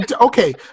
Okay